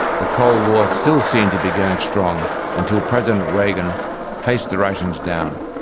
the cold war still seemed to be going strong until president reagan faced the russians down.